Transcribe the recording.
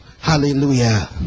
hallelujah